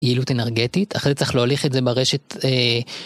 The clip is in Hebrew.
יעילות אנרגטית, אחרי זה צריך להוליך את זה ברשת.